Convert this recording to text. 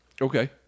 Okay